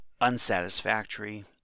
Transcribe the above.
unsatisfactory